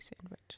sandwich